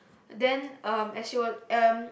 then um as she was um